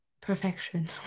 perfection